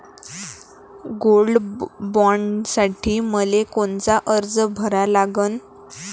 Gold बॉण्डसाठी मले कोनचा अर्ज भरा लागन?